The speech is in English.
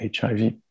HIV